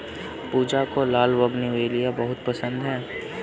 पूजा को लाल बोगनवेलिया बहुत पसंद है